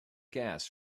gas